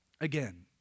Again